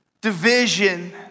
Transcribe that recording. division